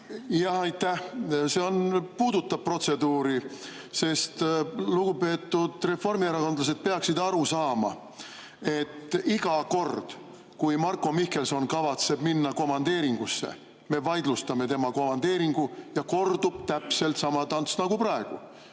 Aitäh! See puudutab protseduuri, sest lugupeetud reformierakondlased peaksid aru saama, et iga kord, kui Marko Mihkelson kavatseb minna komandeeringusse, me vaidlustame tema komandeeringu ja kordub täpselt sama tants nagu praegu.